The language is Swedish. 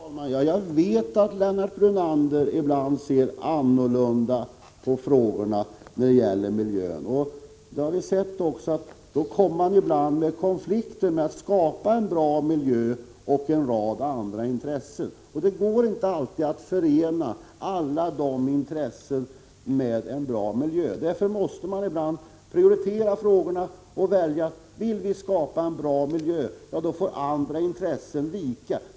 Fru talman! Jag vet att Lennart Brunander ibland ser annorlunda på miljöfrågorna. Vi har också sett att då kommer han ibland i en konflikt mellan att skapa en bra miljö och en rad andra intressen. Det går inte alltid att förena alla dessa intressen med omtanke om miljön. " Därför måste man ibland göra en prioritering och säga sig att vill vi skapa en bra miljö, då får andra intressen vika.